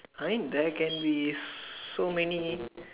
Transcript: I there can be so many